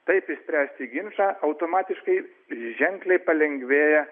taip išspręsi ginčą automatiškai ženkliai palengvėja